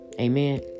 Amen